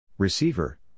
Receiver